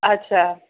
अच्छा